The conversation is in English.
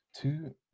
Two